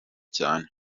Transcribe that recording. cyane